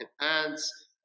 pants